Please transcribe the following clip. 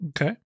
Okay